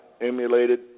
emulated